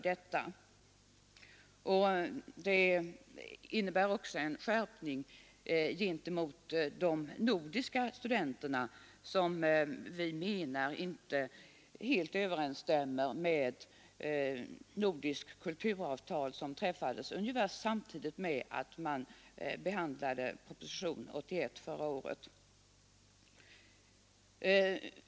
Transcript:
Beslutet innebär också en skärpning gentemot de nordiska studen terna, något som vi menar inte helt överensstämmer med det nordiska kulturavtal som träffades ungefär samtidigt med behandlingen av propositionen 81 förra året.